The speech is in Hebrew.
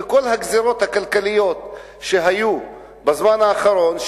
וכל הגזירות הכלכליות שהיו בזמן האחרון,